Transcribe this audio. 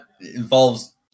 involves